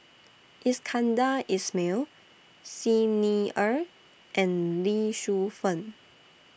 Iskandar Ismail Xi Ni Er and Lee Shu Fen